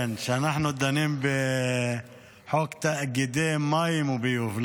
כן, שאנחנו דנים בחוק תאגידי מים וביוב.